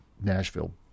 Nashville